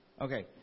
Okay